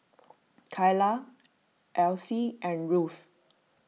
Kylah Elyse and Ruth